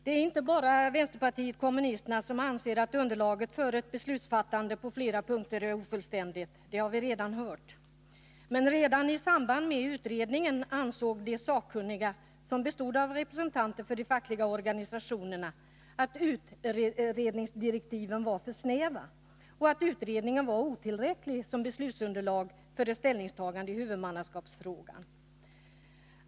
Det är inte bara vänsterpartiet kommunisterna som anser att underlaget för ett beslutsfattande är ofullständigt på flera punkter; det har vi redan hört. I samband med utredningen ansåg de sakkunniga — som bestod av representanter för de fackliga organisationerna — att utredningsdirektiven var för snäva och att utredningen var otillräcklig som beslutsunderlag för ett ställningstagande i huvudmannaskapsfrågan.